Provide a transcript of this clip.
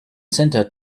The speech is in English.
center